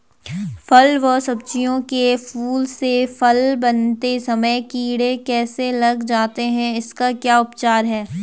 फ़ल व सब्जियों के फूल से फल बनते समय कीड़े कैसे लग जाते हैं इसका क्या उपचार है?